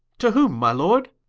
to who, my lord?